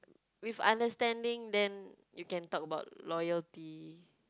with understanding then you can talk about loyalty